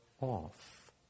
off